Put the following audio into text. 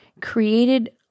created